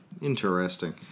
Interesting